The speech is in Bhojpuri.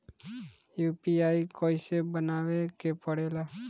यू.पी.आई कइसे बनावे के परेला?